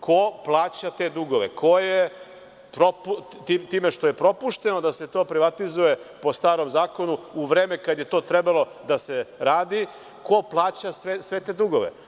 Ko je time što je propušteno da se to privatizuje, po starom zakonu, u vreme kada je to trebalo da se radi, ko plaća sve te dugove?